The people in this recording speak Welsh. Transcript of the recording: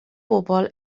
bobol